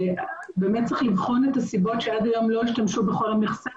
צריך לבחון את הסיבות לא השתמשו בכל המכסה